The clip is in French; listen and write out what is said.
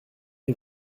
est